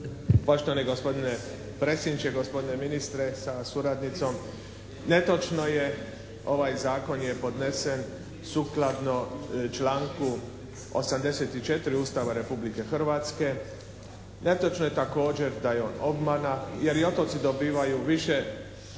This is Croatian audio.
Poštovani gospodine predsjedniče, gospodine ministre sa suradnicom. Netočno je ovaj zakon je podnesen sukladno članku 84. Ustava Republike Hrvatske. Netočno je također da je on obmana, jer i otoci dobivaju više,